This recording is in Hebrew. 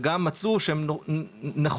וגם מצאו שהן נכונות,